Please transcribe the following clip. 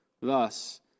Thus